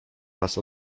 raz